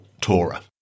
Torah